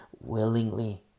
willingly